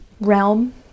realm